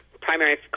primary